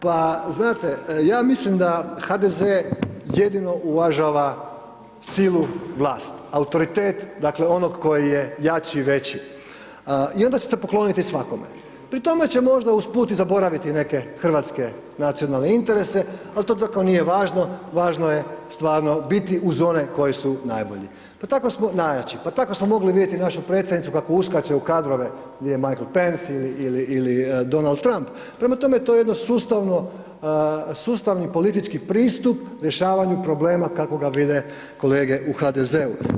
Pa znate, ja mislim da HDZ jedino uvažava silu vlasti, autoritet, dakle, onog koji je jači i veći i onda će se pokloniti svakome, pri tome će možda usput i zaboraviti neke hrvatske nacionalne interese, ali to i tako nije važno, važno je stvarno biti uz one koji su najbolji, pa tako smo najjači, pa tako smo mogli vidjeti našu predsjednicu kako uskače u kadrove gdje je Majkl Pens ili Donald Trump, prema tome, to je jedan sustavni politički pristup rješavanju problema kako ga vide kolege u HDZ-u.